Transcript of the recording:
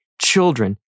children